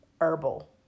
herbal